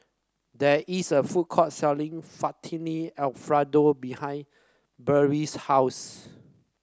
there is a food court selling Fettuccine Alfredo behind Berdie's house